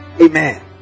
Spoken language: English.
Amen